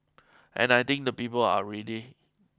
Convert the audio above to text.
and I think the people are ready